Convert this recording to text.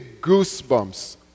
goosebumps